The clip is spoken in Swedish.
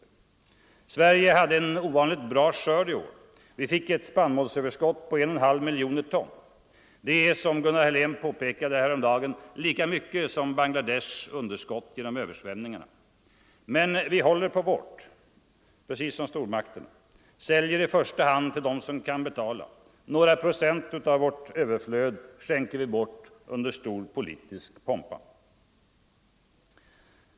Fredagen den Sverige hade en ovanligt bra skörd i år. Vi fick ett spannmålsöverskott 22 november 1974 på 1,5 miljoner ton. Det är, som Gunnar Helén påpekade häromdagen, = lika mycket som Bangladeshs underskott genom översvämningarna. Ang. säkerhetsoch Men vi håller på vårt, precis som stormakterna. Vi säljer i första hand = nedrustningsfrågortill dem som kan betala. Några procent av vårt överflöd skänker vi bort = na under stor politisk pompa.